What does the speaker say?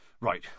Right